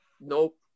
Nope